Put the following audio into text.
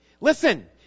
listen